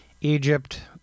Egypt